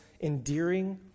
endearing